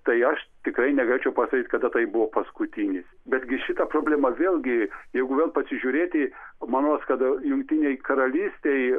tai aš tikrai negalėčiau pasakyti kada tai buvo paskutinis betgi šita problema vėlgi jeigu vėl pasižiūrėti man rods kad jungtinėj karalystėj